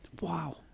Wow